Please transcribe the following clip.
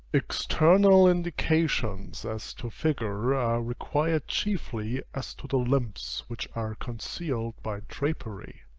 external indications as to figure are required chiefly as to the limbs which are concealed by drapery.